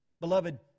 Beloved